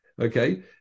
okay